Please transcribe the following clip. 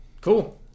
Cool